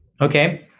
okay